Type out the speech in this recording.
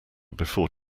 before